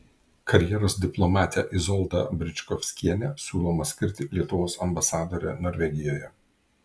karjeros diplomatę izoldą bričkovskienę siūloma skirti lietuvos ambasadore norvegijoje